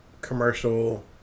commercial